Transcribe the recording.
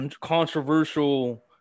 controversial